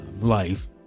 life